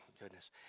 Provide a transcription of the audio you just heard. goodness